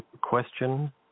question